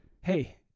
hey